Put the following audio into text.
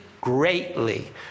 greatly